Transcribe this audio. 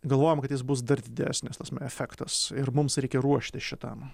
galvojam kad jis bus dar didesnis ta prasme efektas ir mums reikia ruoštis šitam